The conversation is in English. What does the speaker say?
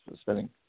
spending